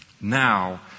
now